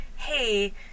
Hey